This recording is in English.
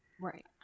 right